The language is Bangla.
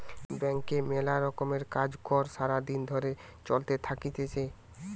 ব্যাংকে মেলা রকমের কাজ কর্ সারা দিন ধরে চলতে থাকতিছে